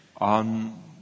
on